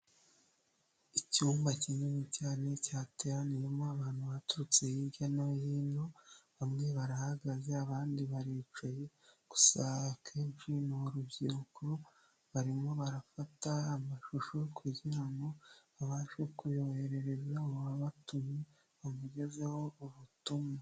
Icyumba kinini cyane cyateraniyemo abantu baturutse hirya no hino, bamwe barahagaze abandi baricaye, gusa akenshi ni urubyiruko barimo barafata amashusho kugira ngo babashe kuyoherereza uwabatumye bamugezaho ubutumwa.